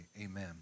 amen